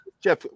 Jeff